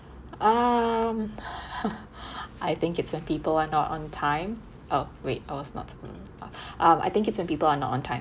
um I think it's when people are not on time oh wait I was not to um I think it's when people are not on time